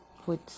put